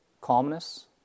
calmness